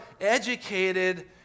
educated